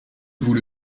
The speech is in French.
vous